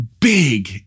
big